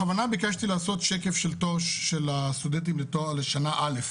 בכוונה ביקשתי לעשות שקף של הסטודנטים לשנה א'